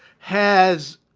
has